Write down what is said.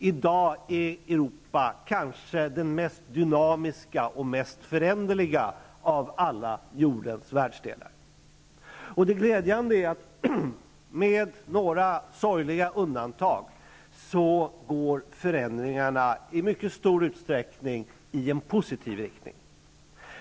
I dag är Europa den kanske mest dynamiska och mest föränderliga av alla jordens världsdelar. Det glädjande är att förändringarna, med några sorgliga undantag, går i positiv riktning.